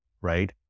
right